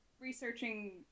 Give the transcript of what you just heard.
researching